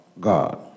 God